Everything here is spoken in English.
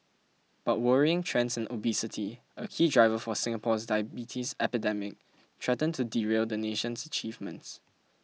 but worrying trends in obesity a key driver for Singapore's diabetes epidemic threaten to derail the nation's achievements